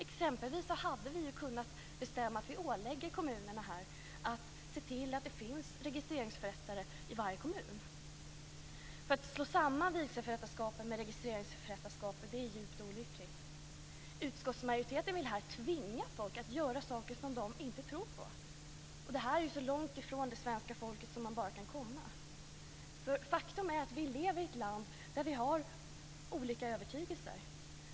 Exempelvis hade vi kunnat bestämma att ålägga kommunerna att se till att det finns en registreringsförrättare i varje kommun. Att slå samman vigselförrättarskap och registreringsförrättarskap är djupt olyckligt. Utskottsmajoriteten vill tvinga folk att göra saker som de inte tror på. Det här är så långt ifrån svenska folket som man bara kan komma. Faktum är att vi lever i ett land där vi har olika övertygelser.